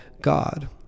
God